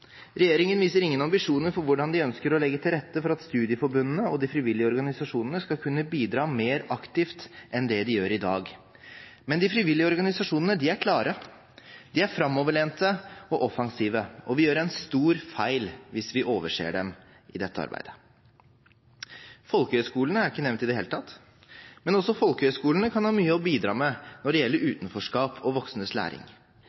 Regjeringen viser ingen ambisjoner med hensyn til hvordan de ønsker å legge til rette for at studieforbundene og de frivillige organisasjonene skal kunne bidra mer aktivt enn de gjør i dag. Men de frivillige organisasjonene er klare, de er framoverlente og offensive, og vi gjør en stor feil hvis vi overser dem i dette arbeidet. Folkehøyskolene er ikke nevnt i det hele tatt, men også folkehøyskolene kan ha mye å bidra med når det gjelder utenforskap og voksnes læring.